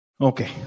Okay